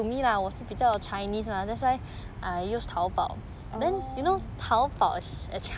orh